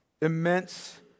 immense